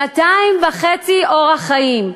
שנתיים וחצי אורך חיים.